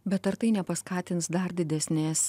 bet ar tai nepaskatins dar didesnės